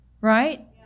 Right